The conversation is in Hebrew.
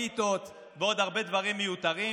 פיתות ועוד הרבה דברים מיותרים,